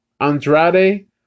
Andrade